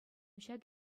ҫак